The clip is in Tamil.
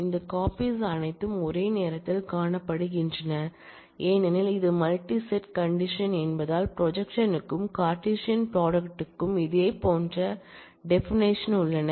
அந்த காபிஸ் அனைத்தும் ஒரே நேரத்தில் காணப்படுகின்றன ஏனெனில் இது மல்டி செட் கண்டிஷன் என்பதால் ப்ரொஜெக்க்ஷன் க்கும் கார்ட்டீசியன் ப்ராடக்ட்க்கும் இதே போன்ற டெபானஷன் உள்ளன